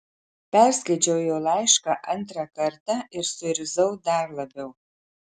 perskaičiau jo laišką antrą kartą ir suirzau dar labiau